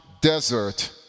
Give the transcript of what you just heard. desert